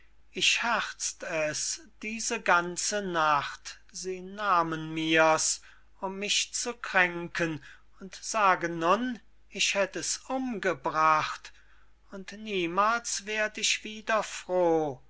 ich herzt es diese ganze nacht sie nahmen mir's um mich zu kränken und sagen nun ich hätt es umgebracht und niemals werd ich wieder froh